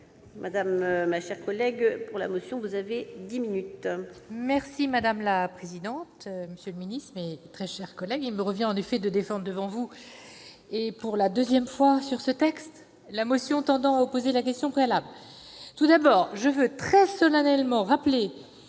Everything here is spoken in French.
Mme la rapporteur, pour la motion. Madame la présidente, monsieur le ministre, mes très chers collègues, il me revient de défendre devant vous, pour la seconde fois sur ce texte, la motion tendant à opposer la question préalable. Tout d'abord, je veux très solennellement rappeler